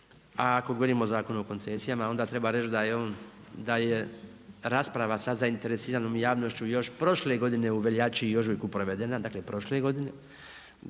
a ako govorimo o Zakonu o koncesijama onda treba reći da je on, da je rasprava sa zainteresiranom javnošću još prošle godine u veljači i ožujku provedena. Dakle, prošle godine.